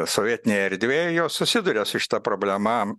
sovietinėj erdvėj jos susiduria su šita problema